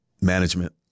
management